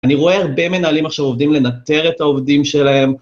אני רואה הרבה מנהלים עכשיו עובדים לנטר את העובדים שלהם.